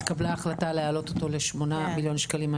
התקבלה החלטה להעלות אותה לשמונה מיליון שקלים,